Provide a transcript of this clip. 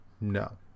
No